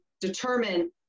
determine